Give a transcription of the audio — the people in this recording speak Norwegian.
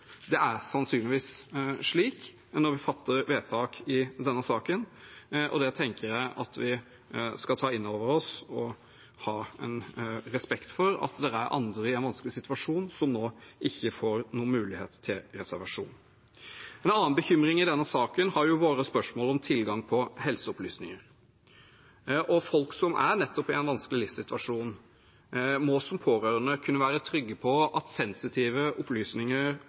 Det er sannsynligvis slik når vi fatter vedtak i denne saken, og jeg tenker at vi skal ta inn over oss og ha respekt for at det er andre i en vanskelig situasjon som nå ikke får noen mulighet til reservasjon. En annen bekymring i denne saken har vært spørsmålet om tilgang på helseopplysninger. Folk som er i en vanskelig livssituasjon, må som pårørende kunne være trygge på at sensitive opplysninger